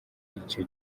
icyo